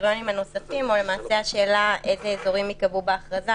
הקריטריונים הנוספים או למעשה השאלה איזה אזורים ייקבעו בהכרזה,